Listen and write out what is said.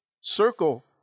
Circle